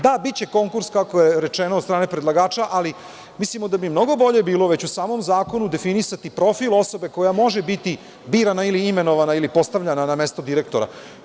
Da, biće konkurs, kako je rečeno od strane predlagača, ali mislimo da bi mnogo bolje bilo već u samom zakonu definisati profil osobe koja može biti birana ili imenovana, ili postavljena na mesto direktora.